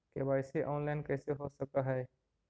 KYC online कैसे हो सक है?